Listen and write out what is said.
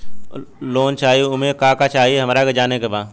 Loan चाही उमे का का चाही हमरा के जाने के बा?